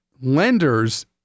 lenders